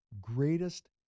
greatest